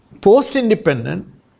post-independent